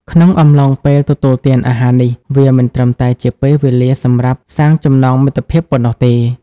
ក្នុងអំឡុងពេលទទួលទានអាហារនេះ វាមិនត្រឹមតែជាពេលវេលាសម្រាប់សាងចំណងមិត្តភាពប៉ុណោះទេ។